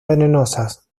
venenosas